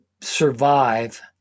survive